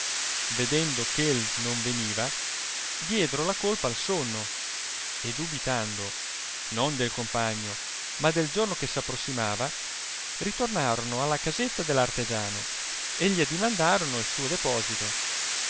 vedendo eh el non veniva diedero la colpa al sonno e dubitando non del compagno ma del giorno che s approssimava ritornarono alla casetta dell artegiano e gli addimandarono il suo deposito